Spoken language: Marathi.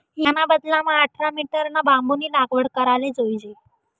याना बदलामा आठरा मीटरना बांबूनी लागवड कराले जोयजे